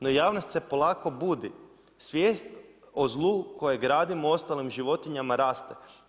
No javnost se polako budi, svijest o zlu kojeg radimo ostalim životinjama raste.